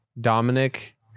Dominic